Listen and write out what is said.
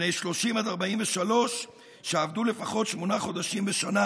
בני 30 43 שעבדו לפחות שמונה חודשים בשנה